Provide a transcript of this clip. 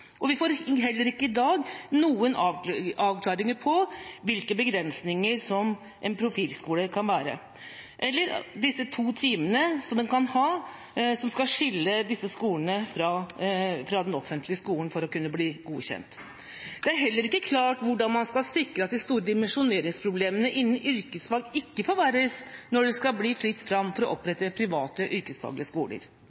definert. Vi får heller ikke i dag noen avklaring av begrensninger med hensyn til hva en profilskole kan være, eller disse to timene som man kan ha, som skal skille disse skolene fra den offentlige skolen, for å kunne bli godkjent. Det er heller ikke klart hvordan man skal sikre at de store dimensjoneringsproblemene innen yrkesfag ikke forverres når det skal bli fritt fram for å opprette private yrkesfaglige skoler.